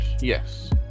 yes